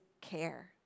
care